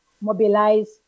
mobilize